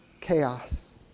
chaos